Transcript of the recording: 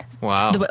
wow